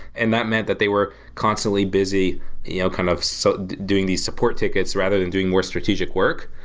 and that meant that they were constantly busy you know kind of so doing these support tickets rather than doing more strategic work.